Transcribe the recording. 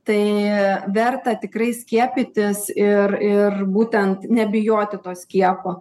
tai verta tikrai skiepytis ir ir būtent nebijoti to skiepo